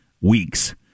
weeks